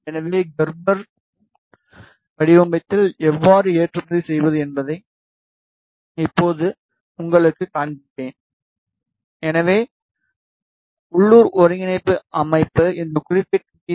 எனவே கெர்பர் வடிவத்தில் எவ்வாறு ஏற்றுமதி செய்வது என்பதை இப்போது உங்களுக்குக் காண்பிப்பேன் எனது உள்ளூர் ஒருங்கிணைப்பு அமைப்பை இந்த குறிப்பிட்ட பி